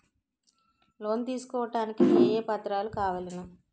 Loan తీసుకోడానికి ఏమేం పత్రాలు కావలెను?